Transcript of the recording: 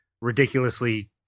ridiculously